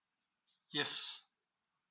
yes